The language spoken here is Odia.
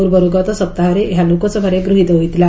ପୂର୍ବରୁ ଗତ ସପ୍ତାହରେ ଏହା ଲୋକସଭାରେ ଗୃହୀତ ହୋଇଥିଲା